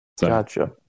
Gotcha